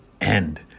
End